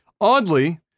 Oddly